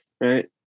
right